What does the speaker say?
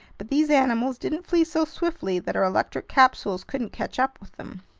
but these animals didn't flee so swiftly that our electric capsules couldn't catch up with them.